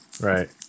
Right